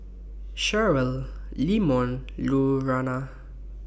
Cheryl Leamon Lurana